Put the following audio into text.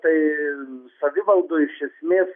tai savivaldoj iš esmės